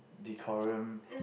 decorum